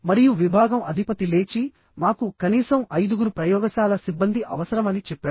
మరియు విభాగం అధిపతి లేచిమాకు కనీసం ఐదుగురు ప్రయోగశాల సిబ్బంది అవసరమని చెప్పాడు